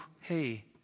hey